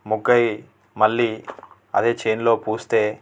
మొగ్గ అయ్యి మళ్ళీ అదే చేనులో పూస్తే